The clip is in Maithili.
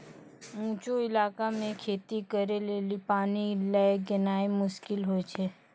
ऊंचो इलाका मे खेती करे लेली पानी लै गेनाय मुश्किल होय छै